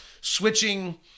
switching